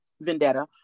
vendetta